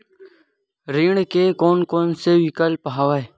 ऋण के कोन कोन से विकल्प हवय?